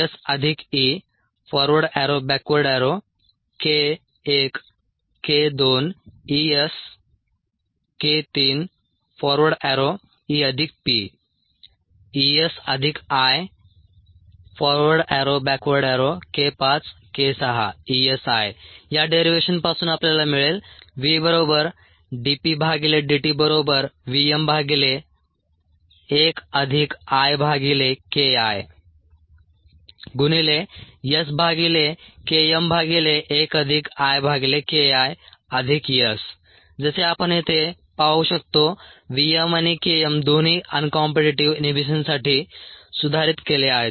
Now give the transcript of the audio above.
या डेरीव्हेशनपासून आपल्याला मिळेल जसे आपण येथे पाहू शकतो v m आणि K m दोन्ही अनकॉम्पीटीटीव्ह इनहिबिशनसाठी सुधारित केले आहेत